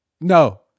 no